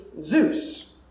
Zeus